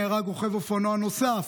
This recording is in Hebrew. נהרג רוכב אופנוע נוסף,